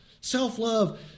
Self-love